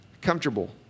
Comfortable